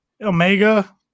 Omega